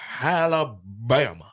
Alabama